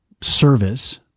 service